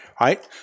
Right